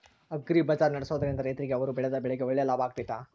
Agri bazaar ನಡೆಸ್ದೊರಿಂದ ರೈತರಿಗೆ ಅವರು ಬೆಳೆದ ಬೆಳೆಗೆ ಒಳ್ಳೆ ಲಾಭ ಆಗ್ತೈತಾ?